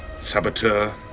saboteur